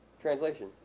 Translation